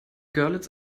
görlitz